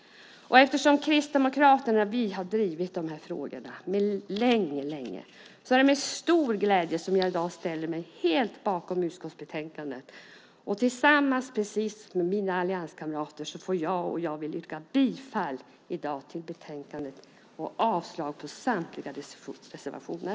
Eftersom Kristdemokraterna har drivit de här frågorna mycket länge är det med stor glädje som jag i dag ställer mig helt bakom utskottsbetänkandet, och tillsammans med mina allianskamrater vill jag yrka bifall till förslagen i betänkandet och avslag på samtliga reservationer.